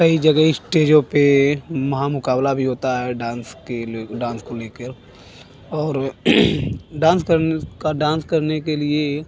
कई जगह इस्टेजों पर महा मुक़ाबला भी होता है डांस को ले कर और डांस डांस करने के लिए